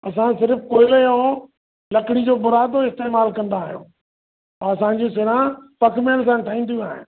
असां सिर्फ़ु कोयले ऐं लकिड़ी जो बुरादो इस्तेमालु कंदा आहियूं ऐं असांजी सिरां तक मेल सां ठहिंदियूं आहिनि